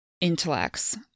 intellects